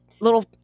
little